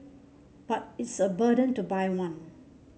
but it's a burden to buy one